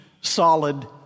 solid